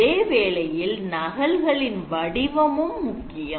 அதே வேளையில் நகல்களில் வடிவமும் முக்கியம்